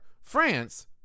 france